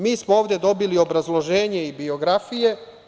Mi smo ovde dobili obrazloženje i biografije.